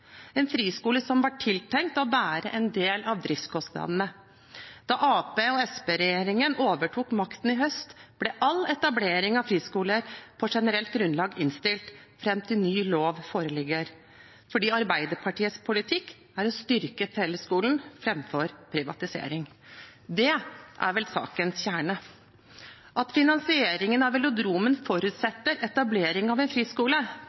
en friskole som var tiltenkt å være en del av driftskostnadene. Da Arbeiderparti–Senterparti-regjeringen overtok makten i høst, ble all etablering av friskoler på generelt grunnlag innstilt fram til ny lov foreligger, fordi Arbeiderpartiets politikk er å styrke fellesskolen framfor privatisering. Det er vel sakens kjerne. At finansieringen av velodromen forutsetter etablering av en friskole,